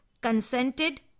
consented